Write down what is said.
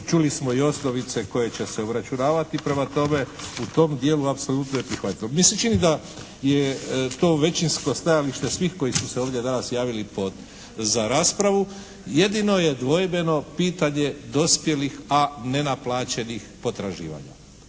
Čuli smo i osnovice koje će se uračunavati. Prema tome, u tom dijelu apsolutno je prihvatljivo. Meni se čini da je to većinsko stajalište svih koji su se ovdje danas javili za raspravu. Jedino je dvojbeno pitanje dospjelih, a nenaplaćenih potraživanja.